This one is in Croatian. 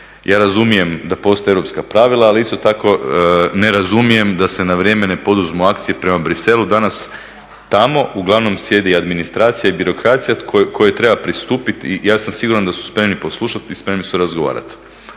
ja razumijem da postoje europska pravila, ali isto tako ne razumijem da se na vrijeme ne poduzmu akcije prema Bruxellesu. Danas tamo uglavnom sjedi administracija i birokracija kojoj treba pristupiti i ja sam siguran da su spremni poslušati i spremni su razgovarati.